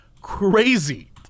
crazy